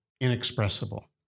inexpressible